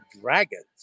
dragons